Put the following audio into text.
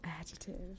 adjective